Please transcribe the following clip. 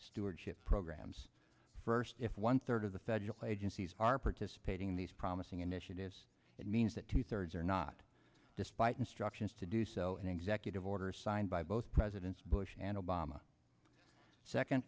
stewardship programs first if one third of the federal agencies are participating in these promising initiatives it means that two thirds are not despite instructions to do so an executive order signed by both presidents bush and obama second